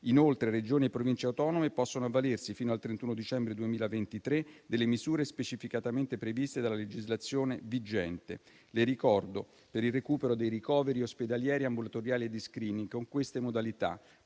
Inoltre, Regioni e Province autonome possono avvalersi fino al 31 dicembre 2023 delle misure specificatamente previste dalla legislazione vigente, che ora ricordo. Per il recupero dei ricoveri ospedalieri, ambulatoriali e di *screening* con queste modalità: